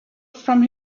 from